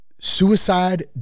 suicide